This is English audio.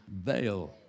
veil